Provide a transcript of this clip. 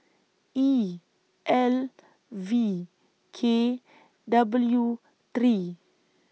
E L V K W three